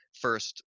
first